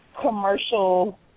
commercial